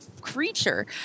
creature